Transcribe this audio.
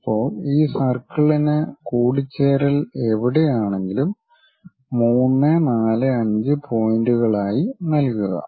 ഇപ്പോൾ ഈ സർക്കിളിന് കൂടിച്ചേരൽ എവിടെയാണെങ്കിലും 3 4 5 പോയിന്റുകളായി നൽകുക